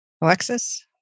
Alexis